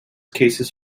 cases